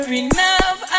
enough